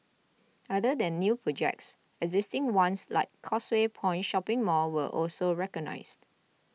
other than new projects existing ones like Causeway Point shopping mall were also recognised